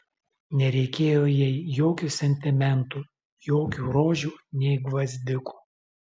nereikėjo jai jokių sentimentų jokių rožių nei gvazdikų